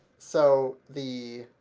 so the